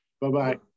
Bye-bye